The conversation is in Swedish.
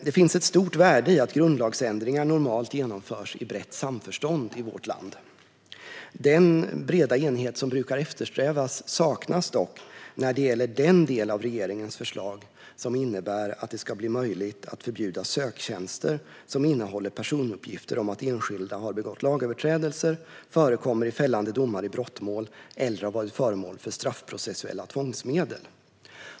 Det finns ett stort värde i att grundlagsändringar normalt genomförs i brett samförstånd i vårt land. Den breda enighet som brukar eftersträvas saknas dock när det gäller den del av regeringens förslag som innebär att det ska bli möjligt att förbjuda söktjänster som innehåller personuppgifter om att enskilda har begått lagöverträdelser, förekommer i fällande domar i brottmål eller har varit föremål för straffprocessuella tvångsmedel.